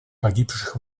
погибших